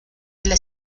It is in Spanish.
las